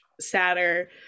sadder